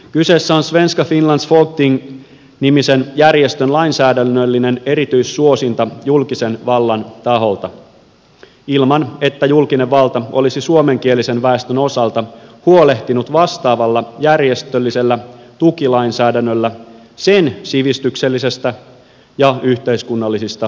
kyseessä on svenska finlands folkting nimisen järjestön lainsäädännöllinen erityissuosinta julkisen vallan taholta ilman että julkinen valta olisi suomenkielisen väestön osalta huolehtinut vastaavalla järjestöllisellä tukilainsäädännöllä sen sivistyksellisistä ja yhteiskunnallisista tarpeista